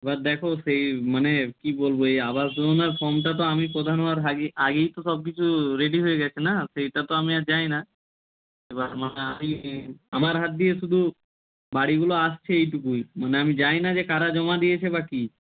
এবার দেখো সেই মানে কী বলব এই আবাস যোজনার ফর্মটা তো আমি প্রধান হওয়ার আগেই তো সব কিছু রেডি হয়ে গেছে না সেইটা তো আমি আর জানি না এবার মানে আমার হাত দিয়ে শুধু বাড়িগুলো আসছে এইটুকুই মানে আমি জানি না যে কারা জমা দিয়েছে বা কী